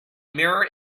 mirror